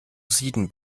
sieden